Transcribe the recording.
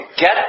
get